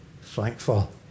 thankful